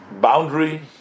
boundary